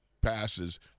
passes